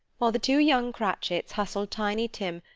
while the two young cratchits hustled tiny tim,